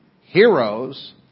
Heroes